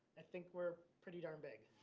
i think we're pretty darn big.